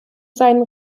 seinen